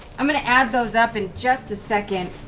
i'm going to add those up in just a second.